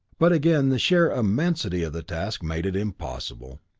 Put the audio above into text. but again the sheer immensity of the task made it impossible.